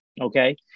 okay